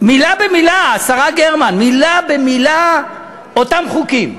מילה במילה, השרה גרמן, מילה במילה אותם חוקים.